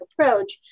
approach